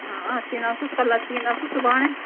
हा अची वेंदासीं कल्ह अची वेंदासीं सुभाणे